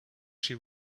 she